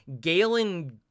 Galen